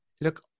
Look